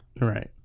Right